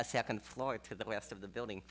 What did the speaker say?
a second floor to the rest of the building